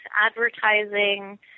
advertising